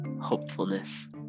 hopefulness